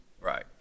Right